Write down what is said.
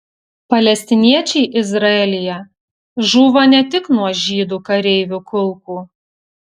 palestiniečiai izraelyje žūva ne tik nuo žydų kareivių kulkų